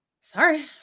Sorry